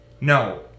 No